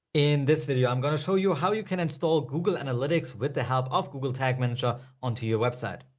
in this video, i'm going to show you how you can install google analytics with the help of google tag manager onto your website.